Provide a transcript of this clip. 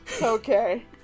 Okay